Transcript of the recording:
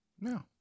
No